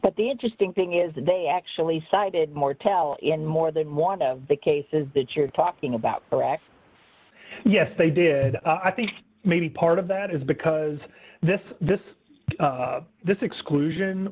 but the interesting thing is that they actually cited martel in more than one of the cases that you're talking about yes they did i think maybe part of that is because this this this exclusion